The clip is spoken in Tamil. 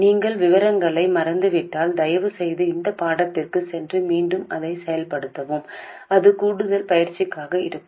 நீங்கள் விவரங்களை மறந்துவிட்டால் தயவுசெய்து அந்தப் பாடத்திற்குச் சென்று மீண்டும் அதைச் செயல்படுத்தவும் அது கூடுதல் பயிற்சியாக இருக்கும்